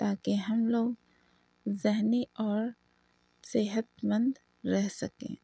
تاکہ ہم لوگ ذہنی اور صحت مند رہ سکیں